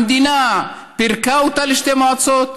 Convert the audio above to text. המדינה פירקה אותה לשתי מועצות,